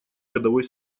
годовой